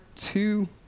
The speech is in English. two